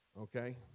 Okay